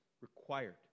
required